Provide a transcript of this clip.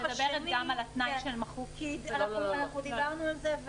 דיברנו על זה,